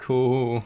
cool